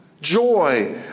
Joy